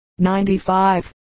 95